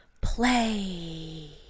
Play